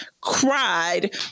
cried